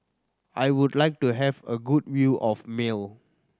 I would like to have a good view of Male